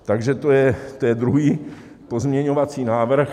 Takže to je druhý pozměňovací návrh.